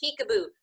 peekaboo